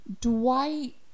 Dwight